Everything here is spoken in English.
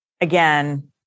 again